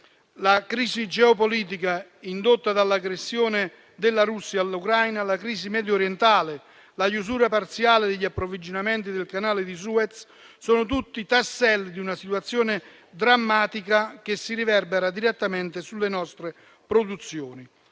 La crisi geopolitica indotta dall'aggressione della Russia all'Ucraina, la crisi mediorientale, la chiusura parziale degli approvvigionamenti del canale di Suez sono tutti tasselli di una situazione drammatica che si riverbera direttamente sulle nostre produzioni.